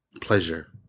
pleasure